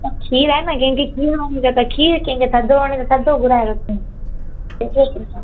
खीरु आहे न कंहिंखे खीरु वणंदी त खीरु कंहिंखे थधो वणे त थधो घुराइ